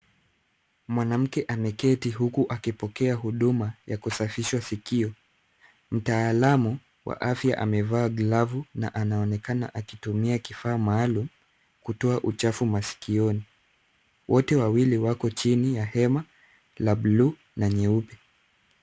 Mwanamke ameketi huku akipokea huduma ya kusafishwa sikio. Mtaalamu wa afya amevaa glavu na anaonekana akitumia kifaa maalum kutoa uchafu masikioni. Wote wawili wako chini ya hema la buluu na nyeupe.